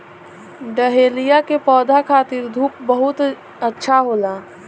dahlia के पौधा खातिर धूप बहुत अच्छा होला